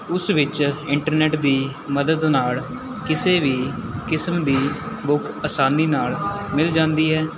ਉਸ ਵਿੱਚ ਇੰਟਰਨੈੱਟ ਦੀ ਮਦਦ ਨਾਲ਼ ਕਿਸੇ ਵੀ ਕਿਸਮ ਦੀ ਬੁੱਕ ਆਸਾਨੀ ਨਾਲ਼ ਮਿਲ ਜਾਂਦੀ ਹੈ